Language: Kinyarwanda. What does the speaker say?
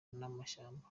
n’amashyamba